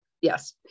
yes